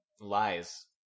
lies